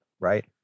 right